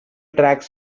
tracks